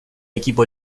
equipo